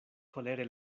kolere